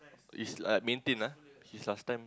is like maintain ah his last time